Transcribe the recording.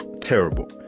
terrible